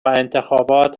انتخابات